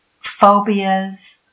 phobias